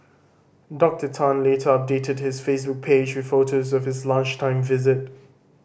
Doctor Tan later updated his Facebook page with photos of his lunchtime visit